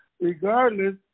regardless